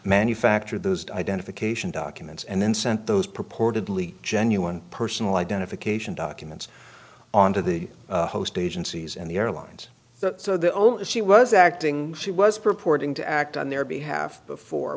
manufactured those identification documents and then sent those purportedly genuine personal identification documents on to the host agencies and the airlines so the only she was acting she was purporting to act on their behalf before